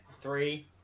Three